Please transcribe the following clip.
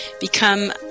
become